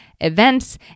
events